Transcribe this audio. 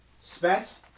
Spence